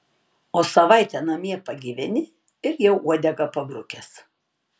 o savaitę namie pagyveni ir jau uodegą pabrukęs